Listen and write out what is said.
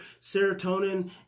serotonin